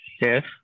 Yes